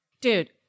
dude